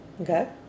okay